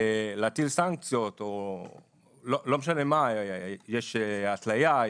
או להטיל סנקציות או לא משנה מה יש התליה,